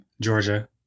Georgia